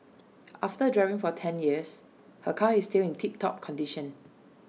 after driving for ten years her car is still in tip top condition